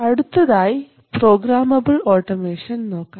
അടുത്തതായി programmable automation നോക്കാം